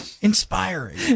Inspiring